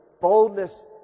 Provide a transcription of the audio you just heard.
boldness